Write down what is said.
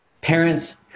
Parents